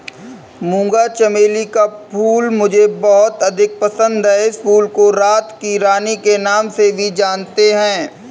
मूंगा चमेली का फूल मुझे बहुत अधिक पसंद है इस फूल को रात की रानी के नाम से भी जानते हैं